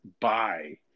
buy